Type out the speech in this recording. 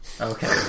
Okay